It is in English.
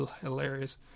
hilarious